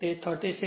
તેથી 36